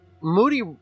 Moody